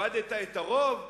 "איבדת את הרוב"?